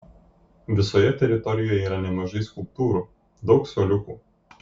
visoje teritorijoje yra nemažai skulptūrų daug suoliukų